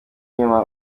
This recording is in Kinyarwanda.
inyuma